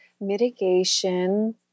Mitigation